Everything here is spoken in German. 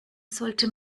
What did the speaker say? sollte